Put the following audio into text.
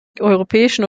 europäischen